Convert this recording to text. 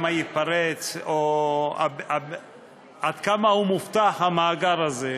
שמא ייפרץ, או עד כמה הוא מאובטח, המאגר הזה,